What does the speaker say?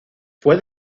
fue